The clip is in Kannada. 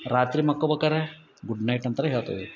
ರಾತ್ರಿ ಮಕ್ಕೊಬೇಕಾರೆ ಗುಡ್ ನೈಟ್ ಅಂತರ ಹೇಳ್ತೀವಿ